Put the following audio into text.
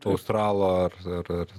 australo ar ar ar